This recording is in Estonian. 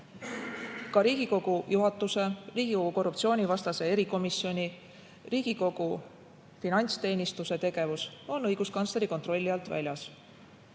Ka Riigikogu juhatuse, Riigikogu korruptsioonivastase erikomisjoni ja Riigikogu finantsteenistuse tegevus on õiguskantsleri kontrolli alt väljas.